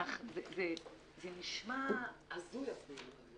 זה נשמע הזוי אפילו,